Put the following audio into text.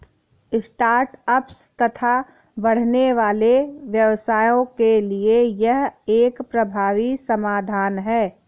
start ups तथा बढ़ने वाले व्यवसायों के लिए यह एक प्रभावी समाधान है